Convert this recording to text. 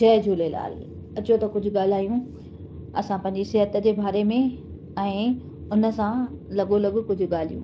जय झूलेलाल अचो त कुझु ॻाल्हायूं असां पहिंजी सिहत जे बारे में ऐं उन सां लॻोलॻु कुझु ॻाल्हियूं